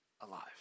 alive